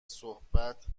صحبت